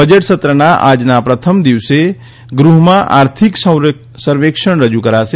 budget સત્રના આજના પ્રથમ દિવસે ગૃહમાં આર્થિક સર્વેક્ષણ રજુ કરાશે